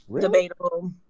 debatable